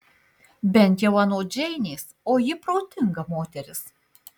bent jau anot džeinės o ji protinga moteris